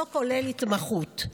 לא כולל התמחות.